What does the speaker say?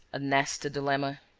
a nasty dilemma.